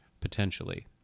potentially